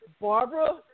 Barbara